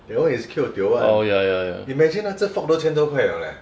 that one is keoh tio [one] imagine 那只 fox 都千多块 liao leh